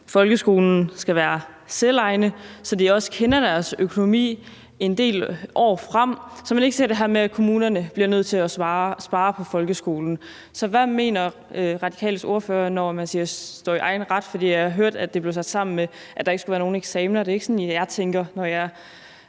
folkeskolen skal være selvejende, så de også kender deres økonomi i en del år frem, og så man ikke ser det her med, at kommunerne bliver nødt til at spare på folkeskolen. Så hvad mener Radikales ordfører, når man siger at »stå i egen ret«? For jeg har hørt, at det blev sat sammen med, at der ikke skulle være nogen eksamener, og det er ikke sådan, jeg tænker, når jeg